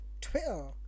twitter